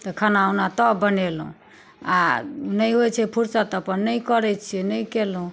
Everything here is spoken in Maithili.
तऽ खाना ओना तब बनेलहूं आ नहि होइत छै फुर्सत तऽ अपन नहि करै छी नहि कयलहुँ